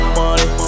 money